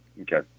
okay